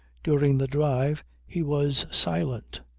during the drive he was silent.